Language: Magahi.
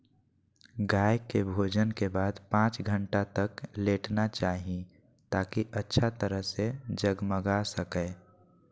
गाय के भोजन के बाद पांच घंटा तक लेटना चाहि, ताकि अच्छा तरह से जगमगा सकै